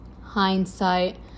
Hindsight